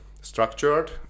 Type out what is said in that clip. structured